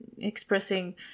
expressing